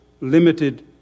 limited